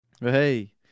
Hey